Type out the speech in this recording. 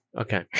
Okay